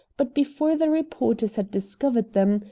but before the reporters had discovered them,